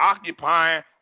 occupying